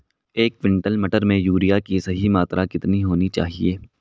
एक क्विंटल मटर में यूरिया की सही मात्रा कितनी होनी चाहिए?